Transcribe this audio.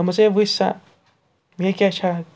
دوٚپمَس ہے وٕچھ سا مےٚ کیٛاہ چھا